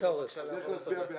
איך נצביע בעד?